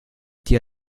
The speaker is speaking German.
die